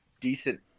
decent